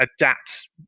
adapt